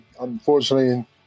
Unfortunately